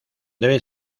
debe